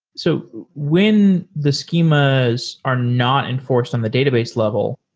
so when the schema's are not enforced on the database level,